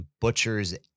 butchers